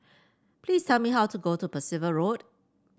please tell me how to go to Percival Road